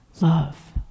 love